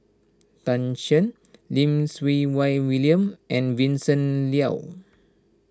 Tan Shen Lim Siew Wai William and Vincent Leow